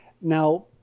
now